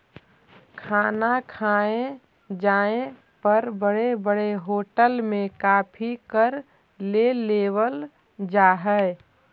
खाना खाए जाए पर बड़े बड़े होटल में काफी कर ले लेवल जा हइ